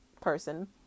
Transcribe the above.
person